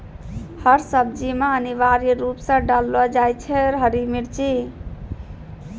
हर सब्जी मॅ अनिवार्य रूप सॅ डाललो जाय छै हरी मिर्च